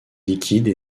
liquide